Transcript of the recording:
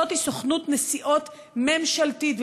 זאת סוכנות נסיעות ממשלתית,